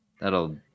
that'll